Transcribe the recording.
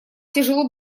тяжело